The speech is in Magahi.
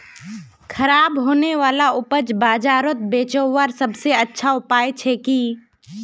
ख़राब होने वाला उपज बजारोत बेचावार सबसे अच्छा उपाय कि छे?